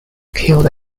killed